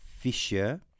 Fisher